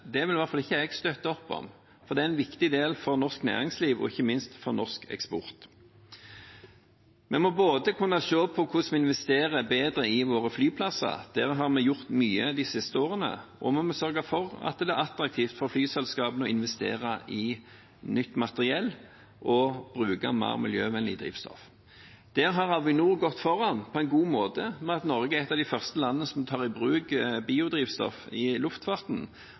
flyruter, vil i hvert fall ikke jeg støtte opp om, for det er en viktig del for norsk næringsliv og ikke minst for norsk eksport. Vi må både kunne se på hvordan vi investerer bedre i våre flyplasser – der har vi gjort mye de siste årene – og sørge for at det er attraktivt for flyselskapene å investere i nytt materiell og bruke mer miljøvennlig drivstoff. Der har Avinor gått foran på en god måte ved at Norge er et av de første landene som tar i bruk biodrivstoff i luftfarten,